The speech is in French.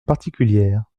particulière